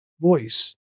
voice